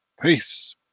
Peace